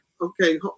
okay